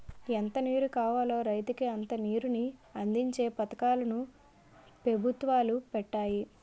ఎంత నీరు కావాలో రైతుకి అంత నీరుని అందించే పథకాలు ను పెభుత్వాలు పెట్టాయి